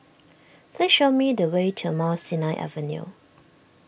please show me the way to Mount Sinai Avenue